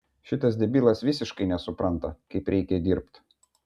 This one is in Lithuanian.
šitas debilas visiškai nesupranta kaip reikia dirbt